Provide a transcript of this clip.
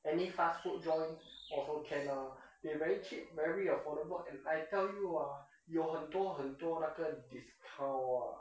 any fast food joint also can lor they very cheap very affordable and I tell you ah 有很多很多那个 discount ah